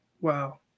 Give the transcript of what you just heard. Wow